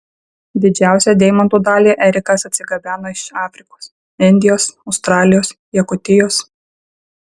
didžiausią deimantų dalį erikas atsigabeno iš afrikos indijos australijos jakutijos